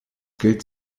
gilt